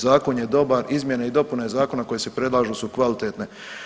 Zakon je dobar, izmjene i dopune zakona koji se predlažu su kvalitetne.